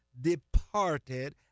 departed